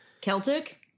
Celtic